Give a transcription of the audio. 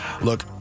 Look